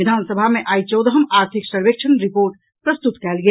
विधानसभा मे आई चौदहम आर्थिक सर्वेक्षण रिपोर्ट प्रस्तुत कयल गेल